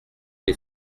les